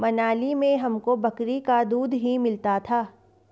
मनाली में हमको बकरी का दूध ही मिलता था